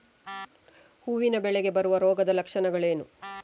ಹೂವಿನ ಬೆಳೆಗೆ ಬರುವ ರೋಗದ ಲಕ್ಷಣಗಳೇನು?